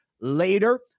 later